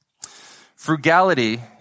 Frugality